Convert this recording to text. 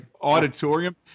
auditorium